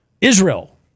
Israel